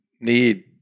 need